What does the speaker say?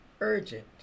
urgent